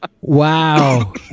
Wow